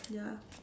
ya